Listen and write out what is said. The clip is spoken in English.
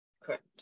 Correct